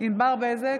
ענבר בזק,